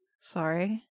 Sorry